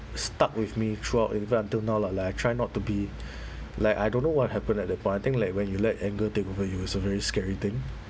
stuck with me throughout even until now lah like I try not to be like I don't know what happened at that point I think like when you let anger take over you it's a very scary thing